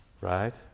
Right